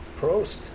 Prost